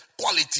quality